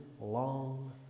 long